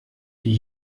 die